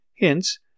Hence